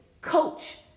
coach